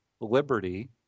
liberty